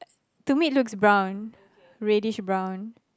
to me it looks brown radish brown